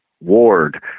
Ward